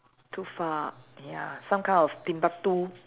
too far ya some kind of Timbuktu